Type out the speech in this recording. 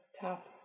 top